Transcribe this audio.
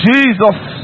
Jesus